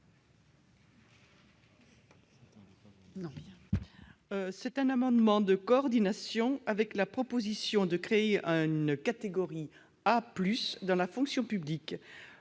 d'un amendement de coordination avec la création proposée d'une catégorie A+ dans la fonction publique.